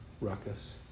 ruckus